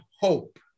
hope